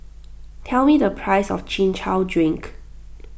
tell me the price of Chin Chow Drink